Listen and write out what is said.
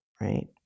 right